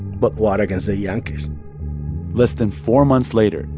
but war against the yankees less than four months later,